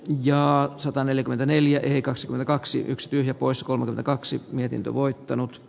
ja sataneljäkymmentäneljä ei kaksi kaksi yksi tyhjä poissa kolme kaksi mietintö voittanut f